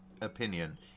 opinion